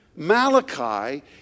Malachi